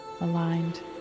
aligned